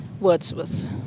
Wordsworth